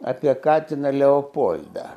apie katiną leopoldą